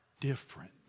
different